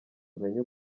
amenye